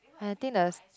I think the